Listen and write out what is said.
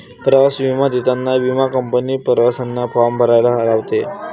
प्रवास विमा देताना विमा कंपनी प्रवाशांना फॉर्म भरायला लावते